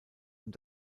und